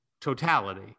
totality